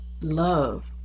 love